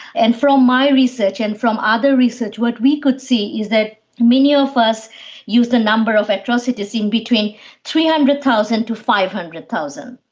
and from my research and from other research, what we could see is that many of us used the number of atrocities in between three hundred thousand to five hundred thousand.